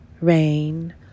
Rain